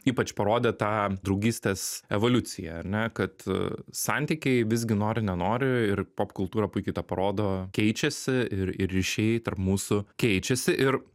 ypač parodė tą draugystės evoliuciją ar ne kad santykiai visgi nori nenori ir popkultūra puikiai tą parodo keičiasi ir ir ryšiai tarp mūsų keičiasi ir